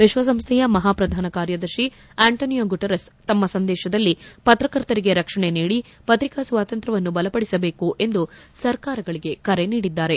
ವಿಶ್ವಸಂಸ್ಲೆಯ ಮಹಾಪ್ರಧಾನ ಕಾರ್ಯದರ್ಶಿ Antonio Guterres ತಮ್ನ ಸಂದೇಶದಲ್ಲಿ ಪತ್ರಕರ್ತರಿಗೆ ರಕ್ಷಣೆ ನೀಡಿ ಪತ್ರಿಕಾ ಸ್ನಾತಂತ್ರ್ವವನ್ನು ಬಲಪಡಿಸಬೇಕು ಎಂದು ಸರ್ಕಾರಗಳಿಗೆ ಕರೆ ನೀಡಿದ್ದಾರೆ